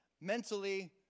mentally